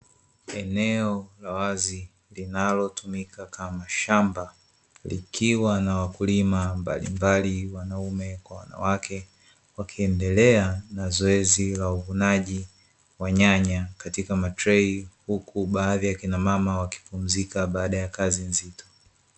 Eneo la wazi linalotumika kama shamba likiwa na wakulima mbalimbali wanaume kwa wanawake wakiendelea na zoezi la uvunaji wa nyanya katika matrei, huku baadhi ya wakina mama wakipumzika baada ya kazi nzito.